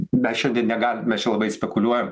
mes šiandien negalim mes čia labai spekuliuojam